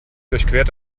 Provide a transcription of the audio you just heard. durchquert